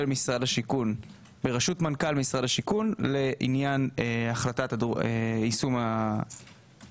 משרד השיכון בראשות מנכ"ל משרד השיכון לעניין יישום התכנית.